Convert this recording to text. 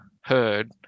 heard